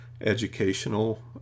educational